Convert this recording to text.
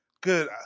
Good